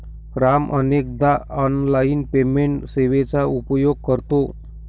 राम अनेकदा online payment सेवेचा उपयोग करतो